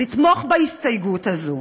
לתמוך בהסתייגות הזו,